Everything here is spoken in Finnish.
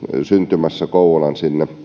syntymässä kouvolaan